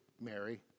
Mary